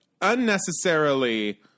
unnecessarily